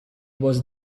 was